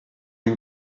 you